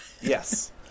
yes